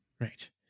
Right